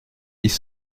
dix